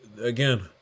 again